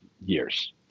years